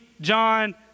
John